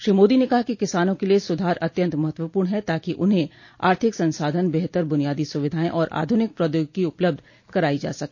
श्री मोदी ने कहा कि किसानों के लिए सुधार अत्यंत महत्वपूर्ण है ताकि उन्हें आर्थिक संसाधन बेहतर बुनियादी सुविधाएं और आधुनिक प्रौद्योगिकी उपलब्ध कराई जा सके